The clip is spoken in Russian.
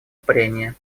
прения